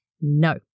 No